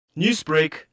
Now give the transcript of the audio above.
Newsbreak